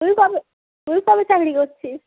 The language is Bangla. তুই কবে তুই কবে চাকরি করছিস